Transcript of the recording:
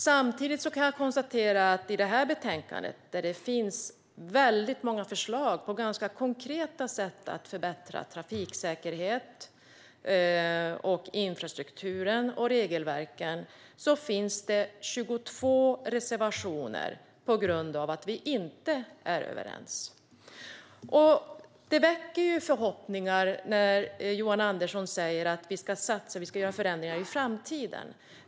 Samtidigt konstaterar jag att det i det här betänkandet, i vilket det finns väldigt många förslag på konkreta sätt att förbättra trafiksäkerhet, infrastruktur och regelverk, finns 22 reservationer på grund av att vi inte är överens. Det väcker förhoppningar när Johan Andersson säger att vi ska satsa och göra förändringar för framtiden.